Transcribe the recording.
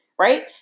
Right